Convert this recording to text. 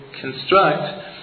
construct